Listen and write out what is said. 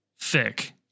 thick